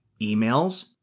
emails